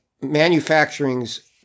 manufacturing's